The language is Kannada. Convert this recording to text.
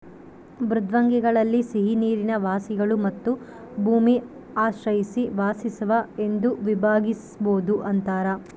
ಮೃದ್ವಂಗ್ವಿಗಳಲ್ಲಿ ಸಿಹಿನೀರಿನ ವಾಸಿಗಳು ಮತ್ತು ಭೂಮಿ ಆಶ್ರಯಿಸಿ ವಾಸಿಸುವ ಎಂದು ವಿಭಾಗಿಸ್ಬೋದು ಅಂತಾರ